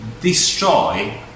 destroy